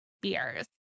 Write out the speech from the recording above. beers